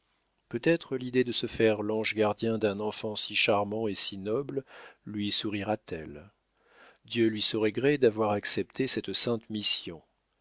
peut-être l'idée de se faire l'ange gardien d'un enfant si charmant et si noble lui sourira t elle dieu lui saurait gré d'avoir accepté cette sainte mission